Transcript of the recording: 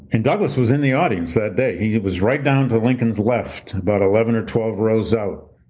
and douglass was in the audience that day, he was right down to lincoln's left, about eleven or twelve rows out.